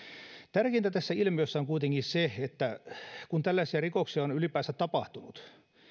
tärkeintä tässä ilmiössä on kuitenkin se että kun tällaisia rikoksia on ylipäänsä tapahtunut